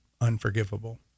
unforgivable